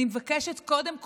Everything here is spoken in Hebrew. אני מבקשת קודם כול,